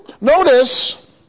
Notice